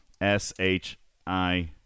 S-H-I